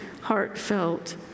heartfelt